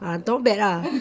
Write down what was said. ah not bad lah